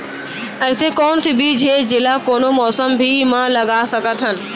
अइसे कौन बीज हे, जेला कोनो मौसम भी मा लगा सकत हन?